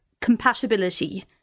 compatibility